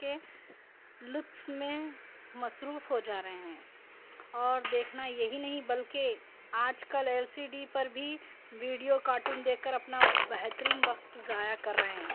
کے لطف میں مصروف ہو جا رہے ہیں اور دیکھنا یہی نہیں بلکہ آج کل ایل سی ڈی پر بھی ویڈیو کارٹون دیکھ کر اپنا بہترین وقت ضائع کر رہے ہیں